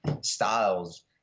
styles